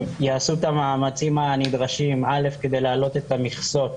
יעשו את המאמצים הנדרשים כדי לעלות את המכסות